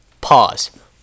pause